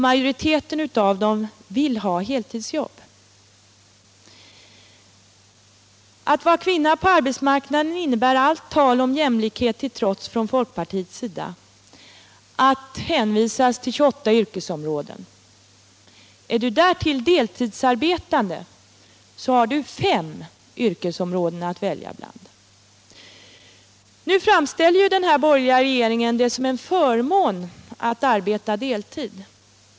Majoriteten av dem vill ha heltidsjobb. Att vara kvinna på arbetsmarknaden innebär — allt tal om jämlikhet till trots från folkpartiets sida — att hänvisas till 28 yrkesområden. Är du därtill deltidsarbetande har du bara fem yrkesområden att välja bland. Nu framställer den borgerliga regeringen det som en förmån att arbeta deltid.